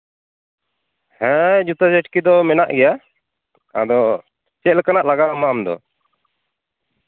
ᱦᱮᱸ ᱡᱩᱛᱟᱹ ᱪᱟᱹᱴᱠᱤ ᱫᱚ ᱢᱮᱱᱟᱜ ᱜᱮᱭᱟ ᱟᱫᱚ ᱪᱮᱫ ᱞᱮᱠᱟᱱᱟᱜ ᱞᱟᱜᱟᱣ ᱟᱢᱟ ᱟᱢᱫᱚ